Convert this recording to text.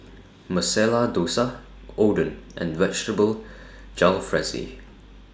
Masala Dosa Oden and Vegetable Jalfrezi